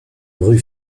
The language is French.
rue